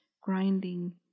grinding